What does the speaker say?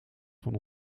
van